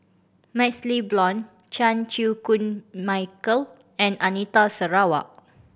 MaxLe Blond Chan Chew Koon Michael and Anita Sarawak